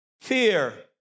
Fear